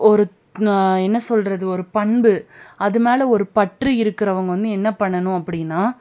ஒரு என்ன சொல்கிறது ஒரு பண்பு அது மேலே ஒரு பற்று இருக்கிறவங்க வந்து என்ன பண்ணனும் அப்படின்னா